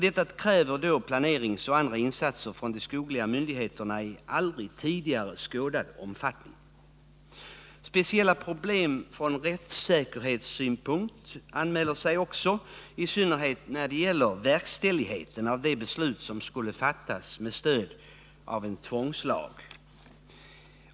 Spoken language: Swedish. Detta kräver planeringsoch andra insatser från de skogliga myndigheterna i aldrig tidigare skådad omfattning. Speciella problem från rättssäkerhetssynpunkt och praktisk synpunkt anmäler sig också, i synnerhet när det gäller verkställigheten av de beslut som skulle fattas med stöd av en tvångslag.